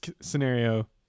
scenario